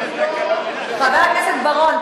חבר הכנסת בר-און,